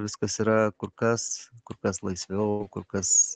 viskas yra kur kas kur kas laisviau kur kas